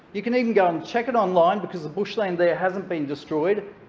you can even go and check it online, because the bushland there hasn't been destroyed,